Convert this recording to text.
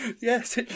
Yes